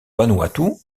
vanuatu